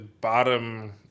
bottom